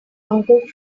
uncle